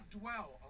dwell